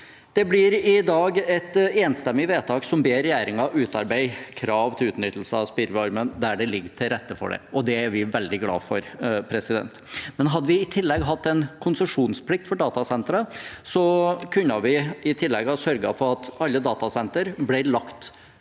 Det blir i denne saken et enstemmig vedtak som ber regjeringen utarbeide krav til utnyttelse av spillvarmen der det ligger til rette for det, og det er vi veldig glade for. Hadde vi i tillegg hatt en konsesjonsplikt for datasentre, kunne vi ha sørget for at alle datasentre ble lagt